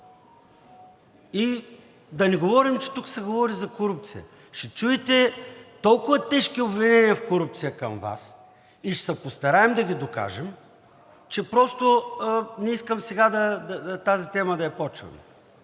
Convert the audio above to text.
Да не говорим, че тук се говори за корупция. Ще чуете толкова тежки обвинения в корупция към Вас и ще се постараем да ги докажем, че просто не искам сега тази тема да я започваме.